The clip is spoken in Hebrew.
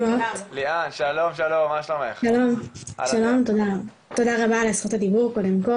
שלום ותודה רבה על זכות הדיבור.